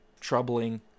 troubling